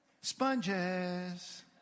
sponges